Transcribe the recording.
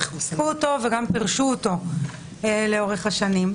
חשפו אותו וגם פירשו אותו לאורך השנים.